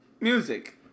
Music